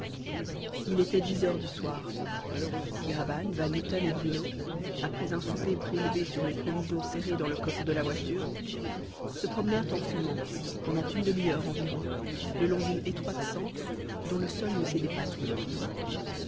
il était dix heures du soir kéraban van mitten et bruno après un souper prélevé sur les provisions serrées dans le coffre de la voiture se promenèrent en fumant pendant une demi-heure environ le long d'une étroite sente dont le sol ne cédait pas sous le pied